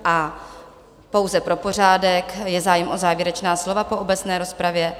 A pouze pro pořádek: Je zájem o závěrečná slova po obecné rozpravě?